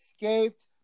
escaped